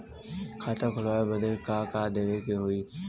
खाता खोलावे बदी का का देवे के होइ?